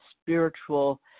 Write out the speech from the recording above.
spiritual